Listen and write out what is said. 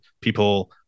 people